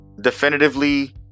Definitively